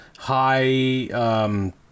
high